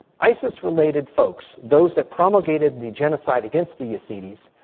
isis-related folks, those that promulgated the genocide against the yazidis,